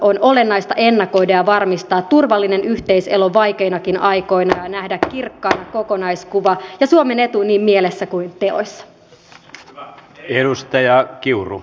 on olennaista ennakoida ja varmistaa turvallinen yhteiselo vaikeinakin aikoina ja nähdä kirkkaana kokonaiskuva ja suomen etu niin mielessä kuin teoissa